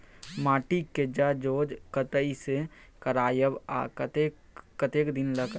माटी के ज जॉंच कतय से करायब आ कतेक दिन पर?